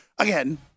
Again